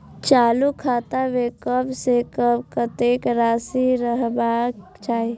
चालु खाता में कम से कम कतेक राशि रहबाक चाही?